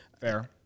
Fair